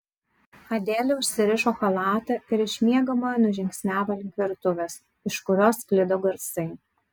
adelė užsirišo chalatą ir iš miegamojo nužingsniavo link virtuvės iš kurios sklido garsai